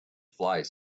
flight